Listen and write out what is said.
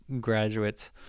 graduates